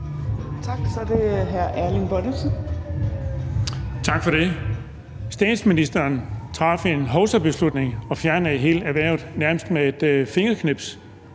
Kl. 15:22 Erling Bonnesen (V): Tak for det. Statsministeren traf en hovsabeslutning og fjernede et helt erhverv nærmest med et fingerknips.